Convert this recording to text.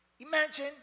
Imagine